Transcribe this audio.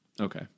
okay